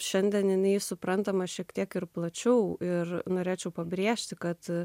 šiandien jinai suprantama šiek tiek ir plačiau ir norėčiau pabrėžti kad